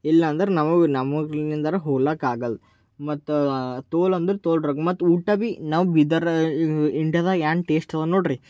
ಇಲ್ಲಾಂದ್ರೆ ನಮಗೆ ನಮ್ಮಿಂದರೆ ಹೋಗಲಿಕ್ಕೆ ಆಗೊಲ್ಲ ಮತ್ತೆ ತೋಲ್ ಅಂದ್ರೆ ತೋಲ್ ಮತ್ತು ಊಟ ಭೀ ನಮ್ಮ ಬೀದರ್ ಇಂಡಿಯಾದಾಗೆ ಏನು ಟೇಸ್ಟ್ ಇದೆ ನೋಡಿರಿ